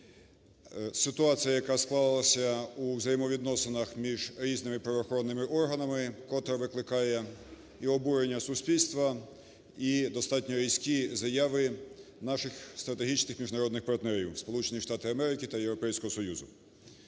ситуація, яка склалася у взаємовідносинах між різними правоохоронними органами, котра викликає і обурення суспільства, і достатньо різкі заяви наших стратегічних міжнародних партнерів – Сполучені Штати Америки та Європейського Союзу.